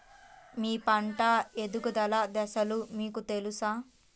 మీ పంట ఎదుగుదల దశలు మీకు తెలుసా?